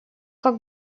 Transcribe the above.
как